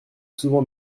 souvent